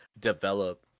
develop